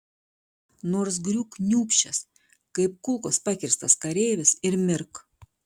nors griūk kniūbsčias kaip kulkos pakirstas kareivis ir mirk